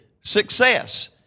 success